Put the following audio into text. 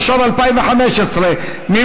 התשע"ו 2015. רבותי,